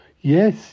Yes